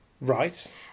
Right